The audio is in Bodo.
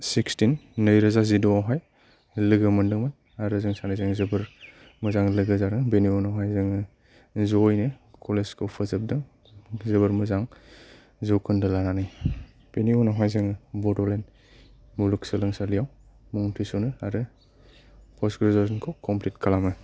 सिक्सटिन नैरोजा जिद'आवहाय लोगो मोनदोंमोन आरो जों सानैजों जोबोर मोजां लोगो जादों बेनि उनावहाय जों जयैनो कलेजखौ फोजोबदों जोबोर मोजां जौखोन्दो लानानै बेनि उनावहाय जोङो बद'लेन्ड मुलुग सोलोंसालिआव मुं थिस'नो आरो पस्त ग्रेजुवेसनखौ कमप्लिट खालामो